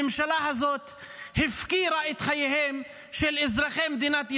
הממשלה הזאת הפקירה את חייהם של אזרחי מדינת ישראל,